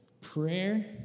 Prayer